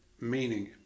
meaning